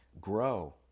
grow